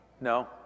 No